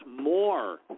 more